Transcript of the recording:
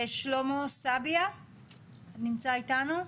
שלמה סביה נמצא איתנו?